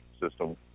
system